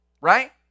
right